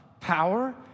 power